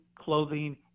clothing